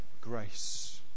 grace